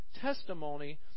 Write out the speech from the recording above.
testimony